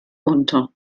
unter